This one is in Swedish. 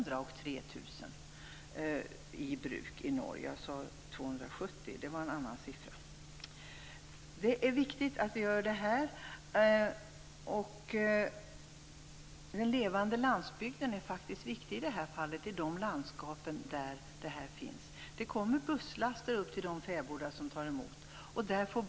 Den levande landsbygden är viktig i de landskap där fäbodarna finns. Det kommer busslaster med folk upp till de fäbodar som tar emot turister.